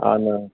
हा न